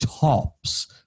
tops